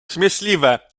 śmieszliwe